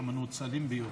המנוצלים ביותר.